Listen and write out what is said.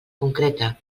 concreta